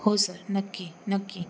हो सर नक्की नक्की